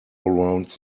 around